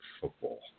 football